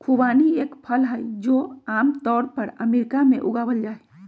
खुबानी एक फल हई, जो आम तौर पर अमेरिका में उगावल जाहई